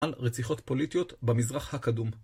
על רציחות פוליטיות במזרח הקדום.